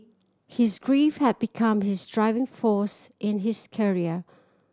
his grief had become his driving force in his career